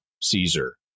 Caesar